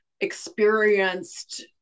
experienced